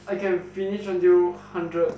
I can finish until hundred